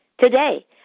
today